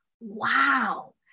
wow